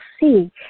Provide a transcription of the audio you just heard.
see